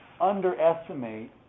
underestimate